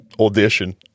Audition